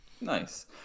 nice